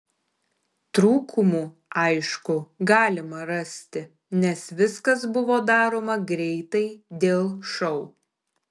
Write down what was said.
trūkumų aišku galima rasti nes viskas buvo daroma greitai dėl šou